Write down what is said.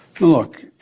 look